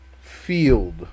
field